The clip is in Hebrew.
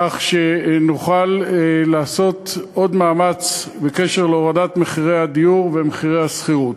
כך שנוכל לעשות עוד מאמץ בקשר להורדת מחירי הדיור ומחירי השכירות.